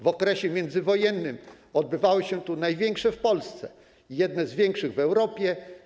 W okresie międzywojennym odbywały się tu największe w Polsce targi końskie i jedne z większych w Europie.